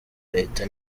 leta